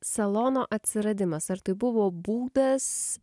salono atsiradimas ar tai buvo būdas